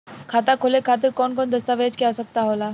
खाता खोले खातिर कौन कौन दस्तावेज के आवश्यक होला?